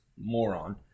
moron